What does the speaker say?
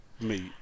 meet